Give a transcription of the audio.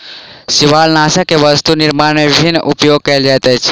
शिवालनाशक के वस्तु निर्माण में विभिन्न उपयोग कयल जाइत अछि